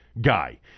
guy